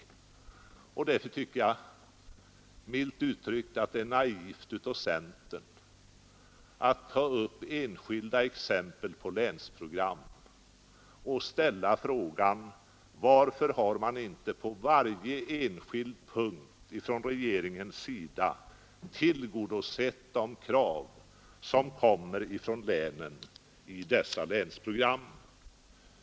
Därför är det, milt uttryckt, naivt av centern att ta upp enskilda exempel på länsprogram och ställa frågan: Varför har inte regeringen på varje enskild punkt tillgodosett de krav som kommer från länen i dessa länsprogram?